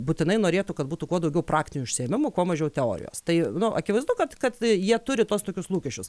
būtinai norėtų kad būtų kuo daugiau praktinių užsiėmimų kuo mažiau teorijos tai nu akivaizdu kad kad jie turi tuos tokius lūkesčius